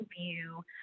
view